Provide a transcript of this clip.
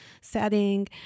setting